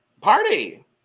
Party